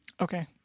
okay